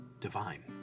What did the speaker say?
divine